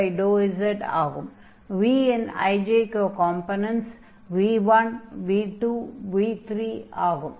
v இன் i j k components v1 v2 v3 ஆகும்